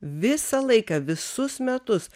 visą laiką visus metus